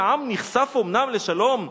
כי עם נכסף אומנם לשלום,